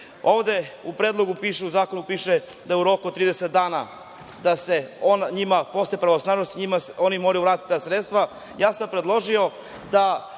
u predlogu zakona piše da u roku od 30 dana posle pravosnažnosti oni moraju vratiti ta sredstva. Ja sam predložio da